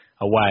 away